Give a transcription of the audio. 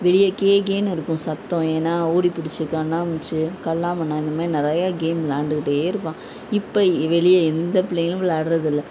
வெளிய கே கேன்னு இருக்கும் சத்தம் ஏன்னா ஓடிப்புடிச்சு கண்ணாமூச்சி கல்லா மண்ணா இந்தமாதிரி நிறையா கேம் விளாயாண்டுக்கிட்டே இருப்பாங்கள் இப்போ வெளியே எந்த பிள்ளைங்களும் விளாட்றது இல்லை